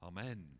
Amen